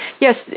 yes